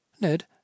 Ned